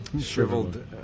shriveled